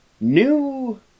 New